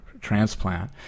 transplant